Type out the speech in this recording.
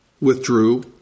withdrew